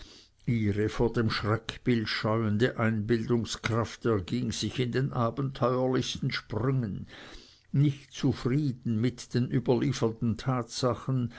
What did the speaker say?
ihre vor dem schreckbild scheuende einbildungskraft erging sich in den abenteuerlichsten sprüngen nicht zufrieden mit den überlieferten tatsachen